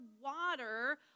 water